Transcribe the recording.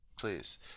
please